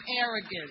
arrogance